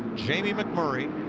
jamie mcmurray.